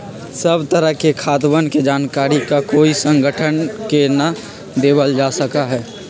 सब तरह के खातवन के जानकारी ककोई संगठन के ना देवल जा सका हई